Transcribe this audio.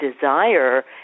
desire